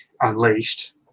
unleashed